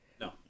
No